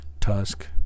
Tusk